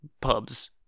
pubs